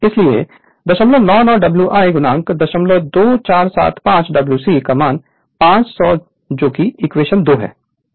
इसलिए 099 W i 02475 W c 500 जो कि इक्वेशन 2 है